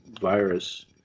virus